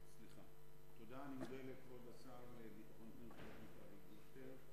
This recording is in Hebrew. מודה לכבוד השר לביטחון הפנים אבי דיכטר.